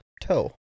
Toe